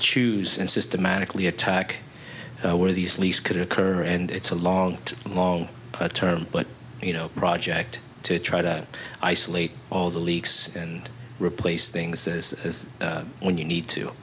choose and systematically attack one of these leaks could occur and it's a long long term but you know project to try to isolate all the leaks and replace things says when you need to